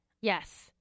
Yes